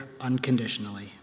unconditionally